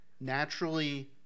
naturally